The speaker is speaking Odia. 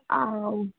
ଆଉ